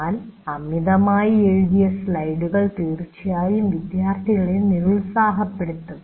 എന്നാൽ അമിതമായി എഴുതിയ സ്ലൈഡുകൾ തീർച്ചയായും വിദ്യാർത്ഥികളെ നിരുത്സാഹപ്പെടുത്തും